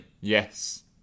Yes